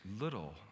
little